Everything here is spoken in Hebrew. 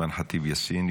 אימאן ח'טיב יאסין,